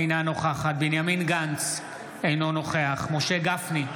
אינה נוכחת בנימין גנץ, אינו נוכח משה גפני,